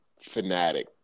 fanatic